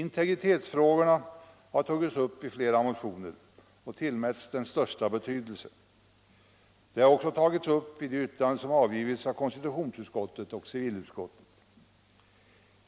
Integritetsfrågorna har behandlats i flera motioner och av utskottet tillmätts den största betydelse. De har också tagits upp i de yttranden som avgivits av konstitutionsutskottet och civilutskottet.